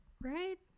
right